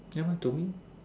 then when do we